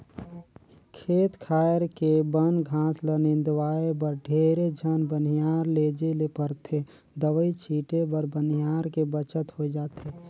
खेत खार के बन घास ल निंदवाय बर ढेरे झन बनिहार लेजे ले परथे दवई छीटे बर बनिहार के बचत होय जाथे